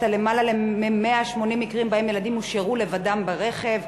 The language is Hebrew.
על יותר מ-180 מקרים שבהם ילדים הושארו לבדם ברכב.